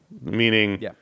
Meaning